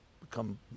become